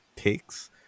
Takes